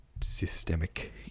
systemic